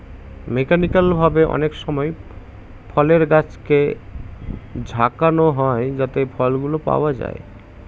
mechanical ভাবে অনেকসময় ফলের গাছকে ঝাঁকানো হয় যাতে ফলগুলো পাওয়া যায়